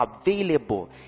available